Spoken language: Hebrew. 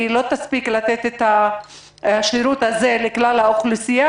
היא לא תספיק לתת את השירות לכלל האוכלוסייה,